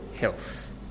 health